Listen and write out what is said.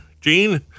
Gene